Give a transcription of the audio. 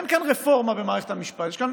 אין כאן רפורמה במערכת המשפט, יש כאן